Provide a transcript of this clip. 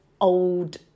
old